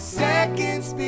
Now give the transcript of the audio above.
seconds